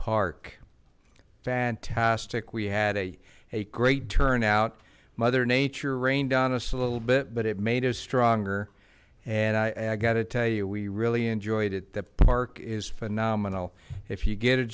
park fantastic we had a a great turnout mother nature on us a little bit but it made us stronger and i got to tell you we really enjoyed it the park is phenomenal if you get a